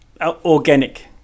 organic